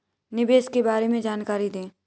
निवेश के बारे में जानकारी दें?